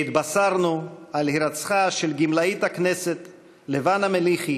והתבשרנו על הירצחה של גמלאית הכנסת לבנה מליחי,